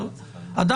היעדר